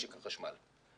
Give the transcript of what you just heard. במשק החשמל.